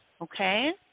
Okay